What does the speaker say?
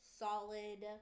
solid